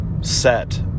set